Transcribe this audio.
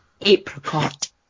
Apricot